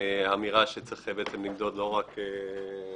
אמירה שצריך בעצם למדוד לא רק תמ"ג,